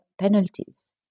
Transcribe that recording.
penalties